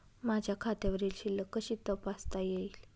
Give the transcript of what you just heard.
माझ्या खात्यावरील शिल्लक कशी तपासता येईल?